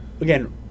Again